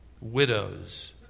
widows